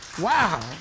Wow